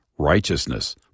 righteousness